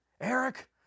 Eric